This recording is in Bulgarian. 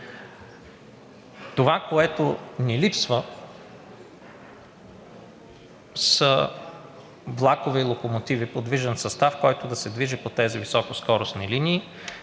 Това, което ни липсва, са влакове и локомотиви – подвижен състав, който да се движи по тези високоскоростни линии,